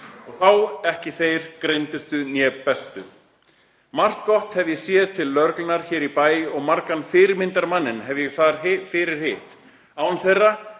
Og þá ekki þeir greindustu né bestu. Margt gott hefi ég séð til lögreglunnar hér í bæ og margan fyrirmyndarmanninn hef ég þar fyrirhitt. Án þeirra